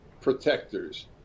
protectors